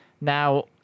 Now